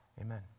amen